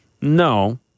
No